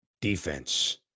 defense